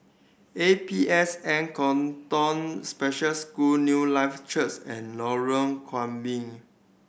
A P S N Katong Special School Newlife Church and Lorong Gambir